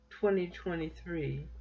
2023